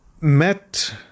met